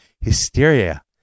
Hysteria